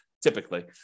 typically